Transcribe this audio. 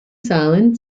zahlen